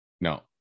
No